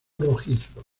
rojizo